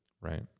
Right